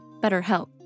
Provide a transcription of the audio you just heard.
BetterHelp